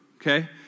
okay